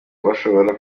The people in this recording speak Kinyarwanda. bashobora